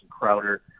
Crowder